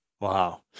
Wow